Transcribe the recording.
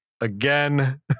again